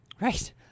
right